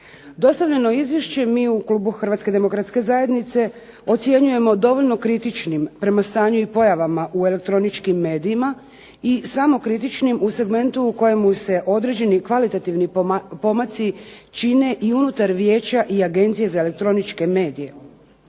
Dostavljeno izvješće mi u klubu Hrvatske demokratske zajednice ocjenjujemo dovoljno kritičnim prema stanju i pojavama u elektroničkim medijima i samokritičnim u segmentu u kojemu se određeni kvalitativni pomaci čine i unutar vijeća i Agencije za elektroničke medije.